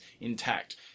intact